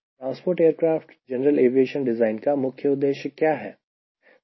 transport aircraft general aviation design का मुख्य उद्देश्य क्या है